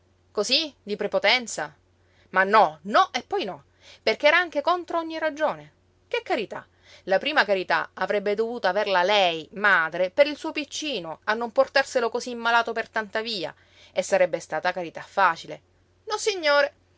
cosí di prepotenza ma no no e poi no perché era anche contro ogni ragione che carità la prima carità avrebbe dovuta averla lei madre per il suo piccino a non portarselo cosí malato per tanta via e sarebbe stata carità facile nossignore